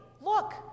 look